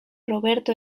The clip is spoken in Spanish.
roberto